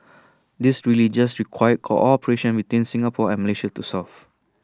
these really just required cooperation between Singapore and Malaysia to solve